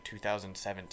2017